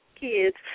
kids –